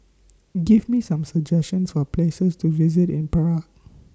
Give Me Some suggestions For Places to visit in Prague